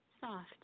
Soft